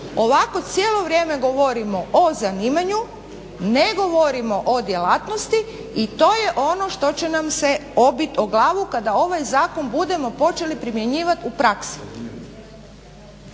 Ovako cijelo vrijeme govorimo o zanimanju, ne govorimo o djelatnosti i to je ono što će nam se obit o glavu kada ovaj zakon budemo počeli primjenjivati u praksi.